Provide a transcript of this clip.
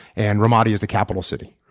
and ramadi is the capitol city.